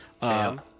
Sam